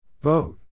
Vote